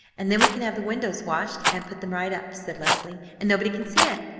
and then we can have the windows washed, and put them right up, said leslie, and nobody can see in.